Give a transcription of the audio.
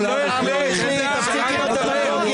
אפשר לדבר עליו,